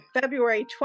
february